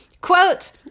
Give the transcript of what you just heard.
Quote